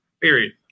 period